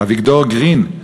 אביגדור גרין,